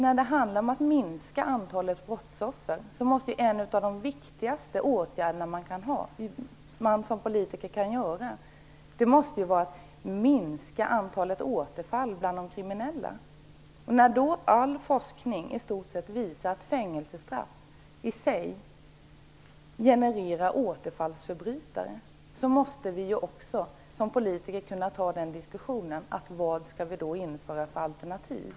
När det handlar om att minska antalet brottsoffer måste en av de viktigaste åtgärder som man som politiker kan vidta vara att minska antalet återfall bland de kriminella. När i stort sett all forskning visar att fängelsestraff i sig genererar återfallsförbrytare måste vi som politiker också kunna diskutera vilka alternativ vi då skall ta till.